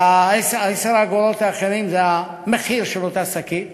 ו-10 האגורות האחרות יהיו המחיר של אותה שקית.